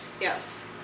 Yes